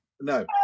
No